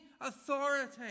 authority